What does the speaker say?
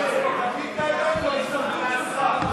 תגיד את האמת, זאת ההישרדות שלך.